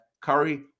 Curry